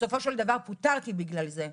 בסופו של דבר אני פוטרתי בגלל זה,